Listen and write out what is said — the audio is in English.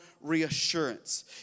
reassurance